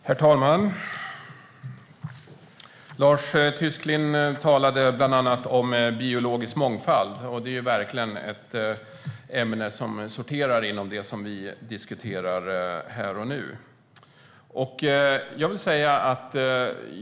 Herr talman! Lars Tysklind talade bland annat om biologisk mångfald. Det är verkligen ett ämne som sorterar under det vi diskuterar här och nu.